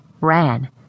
ran